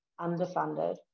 underfunded